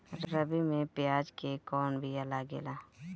रबी में प्याज के कौन बीया लागेला?